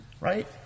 right